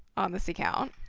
on this account,